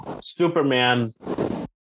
Superman